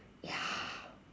ya